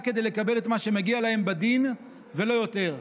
כדי לקבל את מה שמגיע להם בדין ולא יותר.